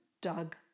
Doug